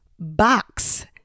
Box